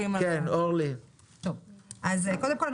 קודם כול,